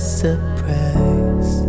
surprise